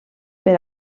per